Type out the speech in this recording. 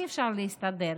אי-אפשר להסתדר,